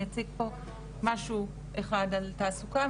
אני אציג פה משהו אחד על תעסוקה,